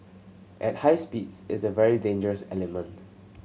at high speeds it's a very dangerous element